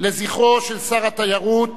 לזכרו של שר התיירות